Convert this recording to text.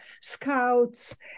scouts